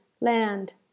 Land